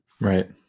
Right